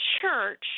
Church